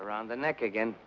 around the neck again